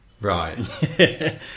right